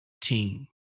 team